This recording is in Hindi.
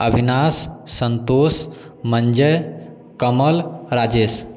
अविनाश संतोष मंजय कमल राजेश